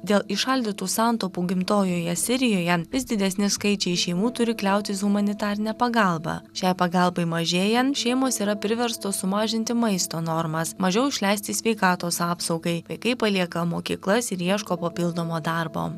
dėl įšaldytų santaupų gimtojoje sirijoje vis didesni skaičiai šeimų turi kliautis humanitarine pagalba šiai pagalbai mažėjant šeimos yra priverstos sumažinti maisto normas mažiau išleisti sveikatos apsaugai vaikai palieka mokyklas ir ieško papildomo darbo